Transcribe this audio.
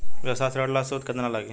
व्यवसाय ऋण ला सूद केतना लागी?